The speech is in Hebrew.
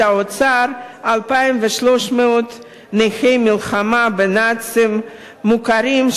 האוצר 2,300 נכי מלחמה בנאצים מוכרים,